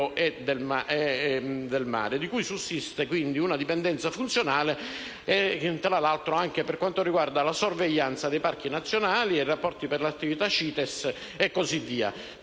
e del mare, da cui sussiste quindi una dipendenza funzionale anche per quanto riguarda la sorveglianza dei parchi nazionali, i rapporti per l'attività CITES e così via.